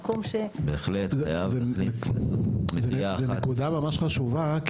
זאת נקודה ממש חשובה,